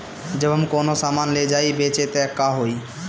जब हम कौनो सामान ले जाई बेचे त का होही?